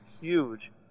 huge